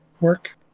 work